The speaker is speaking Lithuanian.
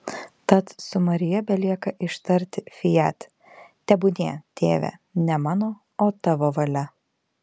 tad su marija belieka ištarti fiat tebūnie tėve ne mano o tavo valia